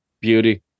Beauty